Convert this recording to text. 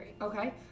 Okay